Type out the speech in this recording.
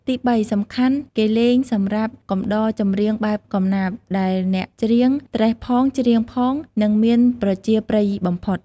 ទី៣ សំខាន់ គេលេងសម្រាប់កំដរចំរៀងបែបកំណាព្យ ដែលអ្នកច្រៀងត្រេះផង ច្រៀងផង និងមានប្រជាប្រិយបំផុត។